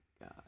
god